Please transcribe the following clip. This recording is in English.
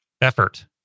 effort